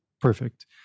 perfect